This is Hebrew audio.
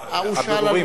הבירורים,